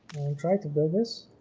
try to build this